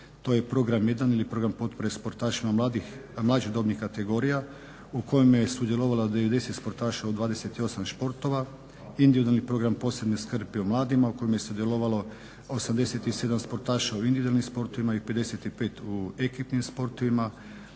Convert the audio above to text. To je program 1 ili program potpore sportašima mlađih dobnih kategorija u kojem je sudjelovalo 90 sportaša u 28 sportova, individualni program posebne skrbi o mladima u kojem je sudjelovalo 87 sportaša u individualnim sportovima i 55 u ekipnim sportovima.